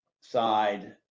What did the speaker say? side